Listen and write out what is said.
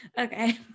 Okay